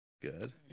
Good